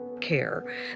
care